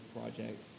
project